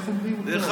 איך אומרים אותו,